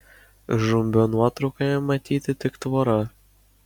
žumbio nuotraukoje matyti tik tvora